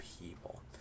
people